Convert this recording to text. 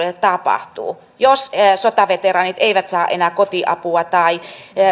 tapahtuu jos sotaveteraanit eivät saa enää kotiapua tai